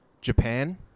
Japan